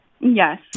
yes